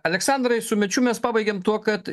aleksandrai su mečiu mes pabaigėm tuo kad